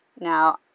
Now